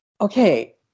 okay